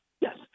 yes